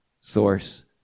source